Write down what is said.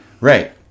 Right